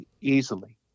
easily